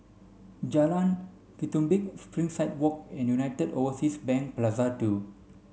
Jalan Ketumbit Springside Walk and United Overseas Bank Plaza Two